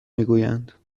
میگویند